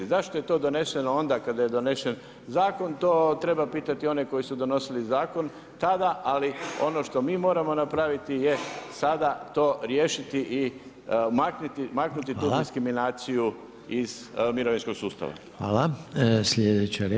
Zašto je to doneseno onda kada je donesen zakon, to treba pitati one koji su donosili zakon tada, ali ono što mi moramo napraviti je sada to riješiti i maknuti tu diskriminaciju iz mirovinskog sustava.